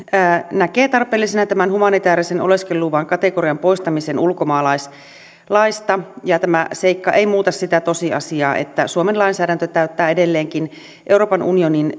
näkee tarpeellisena tämän humanitäärisen oleskeluluvan kategorian poistamisen ulkomaalaislaista tämä seikka ei muuta sitä tosiasiaa että suomen lainsäädäntö täyttää edelleenkin euroopan unionin